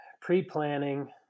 pre-planning